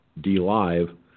D-Live